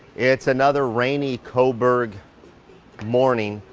it's another rainy coburg morning.